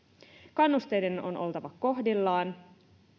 kannusteiden on oltava kohdillaan